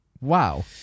Wow